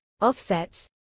offsets